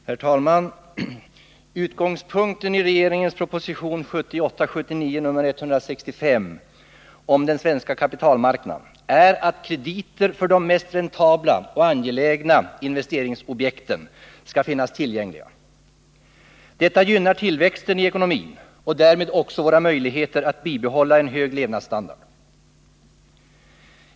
Herr talman! Utgångspunkten i regeringens proposition 1978/79:165 om den svenska kapitalmarknaden är att krediter för de mest räntabla och angelägna investeringsobjekten skall finnas tillgängliga. Detta gynnar tillväxten i ekonomin och därmed också våra möjligheter att bibehålla en hög levnadsstandard.